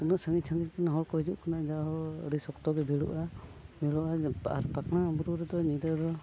ᱩᱱᱟᱹᱜ ᱥᱟᱺᱜᱤᱧ ᱥᱟᱺᱜᱤᱧ ᱠᱷᱚᱱᱟᱜ ᱦᱚᱲ ᱠᱚ ᱦᱤᱡᱩᱜ ᱠᱟᱱᱟ ᱡᱟᱦᱳ ᱟᱹᱰᱤ ᱥᱚᱠᱛᱚᱜᱮ ᱵᱷᱤᱲᱳᱜᱼᱟ ᱵᱷᱤᱲᱳᱜᱼᱟ ᱟᱨ ᱯᱟᱠᱷᱱᱟ ᱵᱩᱨᱩ ᱨᱮᱫᱚ ᱧᱤᱫᱟᱹ ᱫᱚ